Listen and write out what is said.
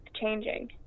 changing